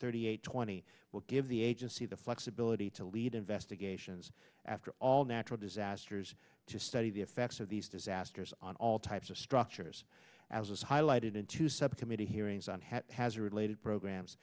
thirty eight twenty will give the agency the flexibility to lead investigations after all natural disasters to study the effects of these disasters on all types of structures as was highlighted in two subcommittee hearings on how has related programs